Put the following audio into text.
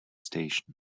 station